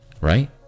right